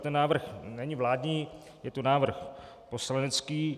Ten návrh není vládní, je to návrh poslanecký.